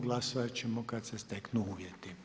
Glasovati ćemo kada se steknu uvjeti.